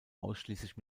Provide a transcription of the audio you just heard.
ausschließlich